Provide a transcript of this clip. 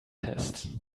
test